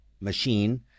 machine